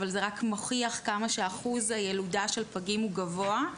אבל זה רק מוכיח כמה שאחוז הילודה של פגים הוא גבוה,